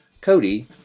Cody